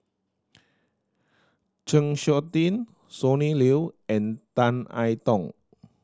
Chng Seok Tin Sonny Liew and Tan I Tong